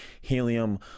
helium